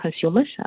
consumers